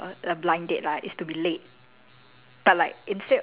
like can you imagine like err okay maybe to them the worst way to meet